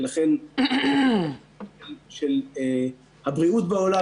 ולכן --- של הבריאות בעולם,